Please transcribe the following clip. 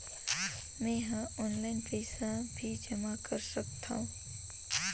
मैं ह ऑनलाइन भी पइसा जमा कर सकथौं?